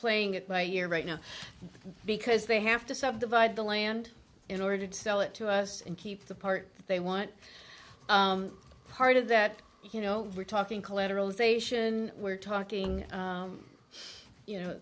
playing it by ear right now because they have to subdivide the land in order to sell it to us and keep the part they want part of that you know we're talking collateral zation we're talking you know